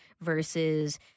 versus